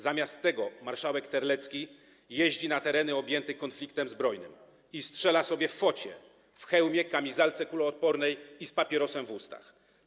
Zamiast tego marszałek Terlecki jeździ na tereny objęte konfliktem zbrojnym i strzela sobie focie w hełmie, kamizelce kuloodpornej i z papierosem w ustach.